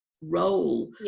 role